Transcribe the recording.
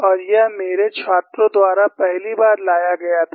और यह मेरे छात्रों द्वारा पहली बार लाया गया था